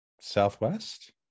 southwest